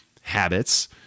habits